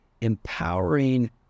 empowering